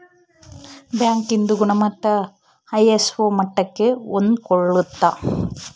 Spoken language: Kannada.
ಬ್ಯಾಂಕ್ ಇಂದು ಗುಣಮಟ್ಟ ಐ.ಎಸ್.ಒ ಮಟ್ಟಕ್ಕೆ ಹೊಂದ್ಕೊಳ್ಳುತ್ತ